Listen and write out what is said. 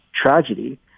tragedy